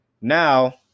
now